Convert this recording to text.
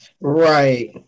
Right